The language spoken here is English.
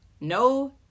no